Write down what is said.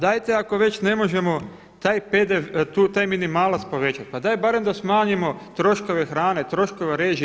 Pa dajte ako već ne možemo taj minimalac povećati, pa daj barem da smanjimo troškove hrane, troškove režija.